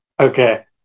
Okay